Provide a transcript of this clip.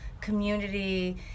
community